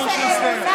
אלון שוסטר.